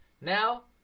Now